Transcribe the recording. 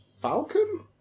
Falcon